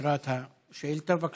תקרא את השאילתה, בבקשה.